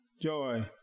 Joy